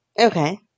Okay